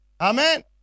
Amen